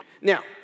now